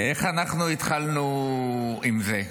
איך אנחנו התחלנו עם זה?